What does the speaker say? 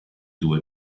due